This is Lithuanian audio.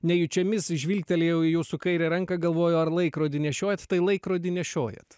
nejučiomis žvilgtelėjau į jūsų kairę ranką galvoju ar laikrodį nešiojat tai laikrodį nešiojat